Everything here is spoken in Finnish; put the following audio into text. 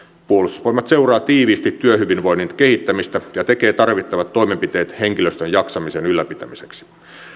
puolustusvoimat seuraa tiiviisti työhyvinvoinnin kehittämistä ja tekee tarvittavat toimenpiteet henkilöstön jaksamisen ylläpitämiseksi